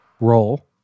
Roll